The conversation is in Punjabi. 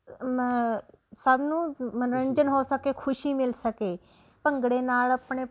ਸਭ ਨੂੰ ਮਨੋਰੰਜਨ ਹੋ ਸਕੇ ਖੁਸ਼ੀ ਮਿਲ ਸਕੇ ਭੰਗੜੇ ਨਾਲ ਆਪਣੇ